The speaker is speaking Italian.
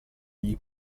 gli